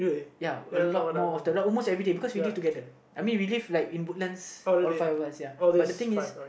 ya a lot more often like almost everyday because we live together I mean we live like in Woodlands all five of us ya but the thing is